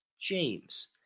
James